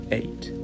eight